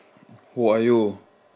who are you